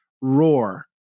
Roar